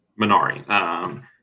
Minari